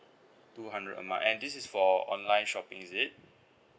two hundred a month and this is for online shopping is it